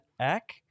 Eck